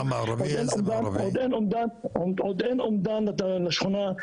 עוד אין אומדן לשכונה.